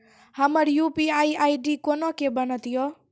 हमर UPI ID कोना के बनत यो?